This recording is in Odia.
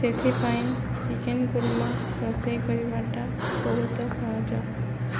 ସେଥିପାଇଁ ଚିକେନ କୁର୍ମା ରୋଷେଇ କରିବାଟା ବହୁତ ସହଜ